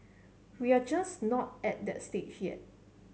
we are just not at that stage yet